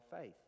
faith